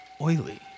oily